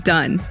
Done